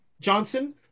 Johnson